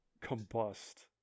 combust